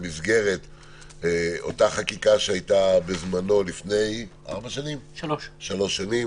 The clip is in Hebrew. במסגרת החקיקה שהייתה לפני שלוש שנים,